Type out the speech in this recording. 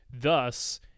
thus